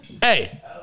Hey